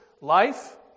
Life